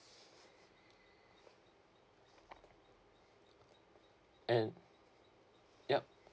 and yup